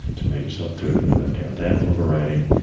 to make yourself do it with your left hand. that overriding,